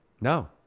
No